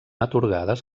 atorgades